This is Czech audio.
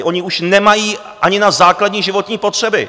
Oni už nemají ani na základní životní potřeby!